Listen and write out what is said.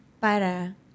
para